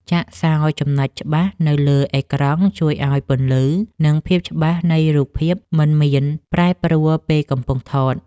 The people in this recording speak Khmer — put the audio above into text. ចាក់សោរចំណុចច្បាស់នៅលើអេក្រង់ជួយឱ្យពន្លឺ និង ភាពច្បាស់នៃរូបភាពមិនមានប្រែប្រួលពេលកំពុងថត។